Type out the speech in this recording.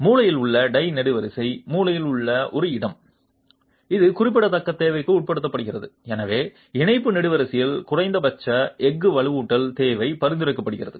மூலையில் உள்ள டை நெடுவரிசை மூலையில் உள்ள ஒரு இடம் இது குறிப்பிடத்தக்க தேவைக்கு உட்படுத்தப்படுகிறது எனவே இணைப்பு நெடுவரிசையில் குறைந்தபட்ச எஃகு வலுவூட்டல் தேவை பரிந்துரைக்கப்படுகிறது